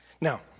Now